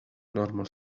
normal